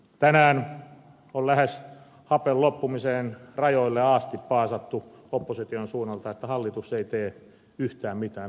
tänään on lähes hapen loppumisen rajoille asti paasattu opposition suunnalta että hallitus ei tee yhtään mitään hallitus vain odottaa